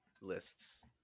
lists